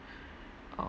uh